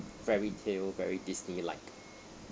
fairy tale very disney like